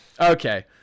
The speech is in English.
okay